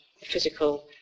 physical